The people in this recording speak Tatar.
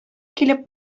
килеп